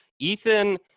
Ethan